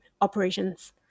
operations